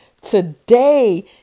today